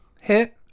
hit